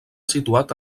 situat